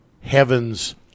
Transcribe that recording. heaven's